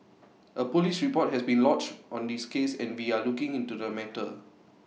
A Police report has been lodged on this case and we are looking into the matter